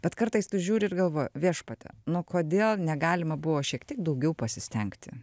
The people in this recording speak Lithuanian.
bet kartais tu žiūri ir galvoji viešpatie nu kodėl negalima buvo šiek tiek daugiau pasistengti